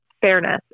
fairness